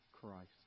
Christ